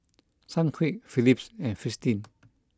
Sunquick Phillips and Fristine